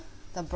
the